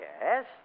Yes